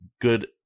good